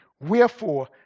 Wherefore